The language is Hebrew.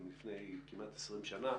מלפני כמעט 20 שנים.